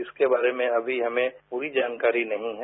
इसके बारे में अमी हमें पूरी जानकारी नहीं है